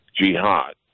Jihad